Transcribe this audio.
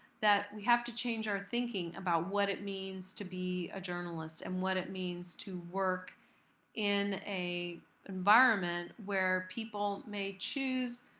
that we have to change our thinking about what it means to be a journalist and what it means to work in an environment where people may choose,